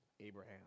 Abraham